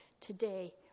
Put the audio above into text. today